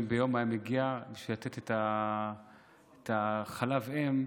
ביום היה מגיע בשביל לתת את החלב אם,